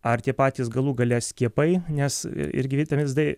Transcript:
ar tie patys galų gale skiepai nes irgi vitaminas d